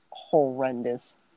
horrendous